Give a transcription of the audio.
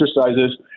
exercises